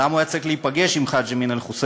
למה הוא היה צריך להיפגש עם חאג' אמין אל-חוסייני?